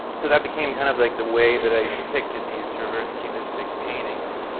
so, that became kind of like the way that i picked at these sort of ah of cubistic paintings.